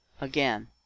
again